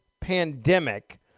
pandemic